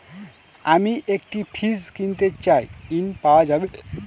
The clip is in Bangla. আমি একটি ফ্রিজ কিনতে চাই ঝণ পাওয়া যাবে?